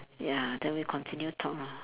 ya then we continue talk lah